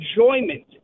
enjoyment